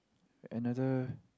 another